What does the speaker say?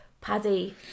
Paddy